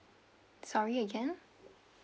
sorry again